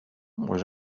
was